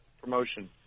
promotion